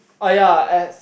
oh ya as